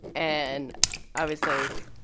and i was like,